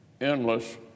endless